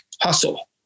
hustle